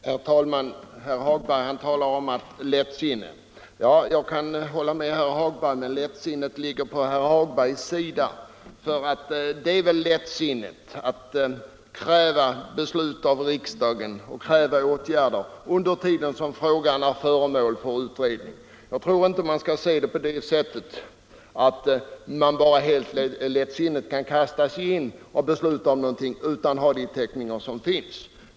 Herr talman! Herr Hagberg i Borlänge talar om lättsinne. Jag kan hålla med herr Hagberg om lättsinnet, men det ligger på herr Hagbergs sida. Det är väl lättsinnigt att kräva beslut om åtgärder av riksdagen medan frågan är föremål för utredning. Jag tror inte man skall se det på det sättet att man bara helt lättsinnigt kan kasta sig in och besluta om något utan att ha de täckningar som krävs.